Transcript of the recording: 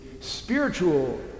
spiritual